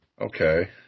Okay